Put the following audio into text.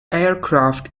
aircraft